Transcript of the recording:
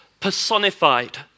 personified